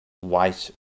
white